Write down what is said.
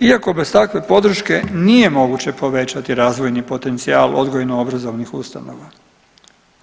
Iako bez takve podrške nije moguće povećati razvojni potencijal odgojno-obrazovnih ustanova